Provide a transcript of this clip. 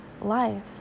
life